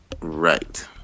Right